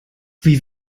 wie